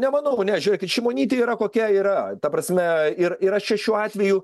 nemanau ne žiūrėkit šimonytė yra kokia yra ta prasme ir yra čia šiuo atveju